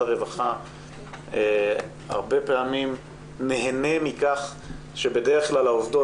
הרווחה הרבה פעמים נהנה מכך שבדרך כלל העובדות,